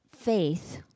Faith